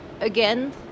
again